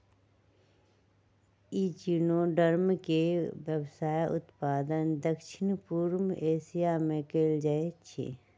echinoderm के व्यावसायिक उत्पादन दक्षिण पूर्व एशिया में कएल जाइ छइ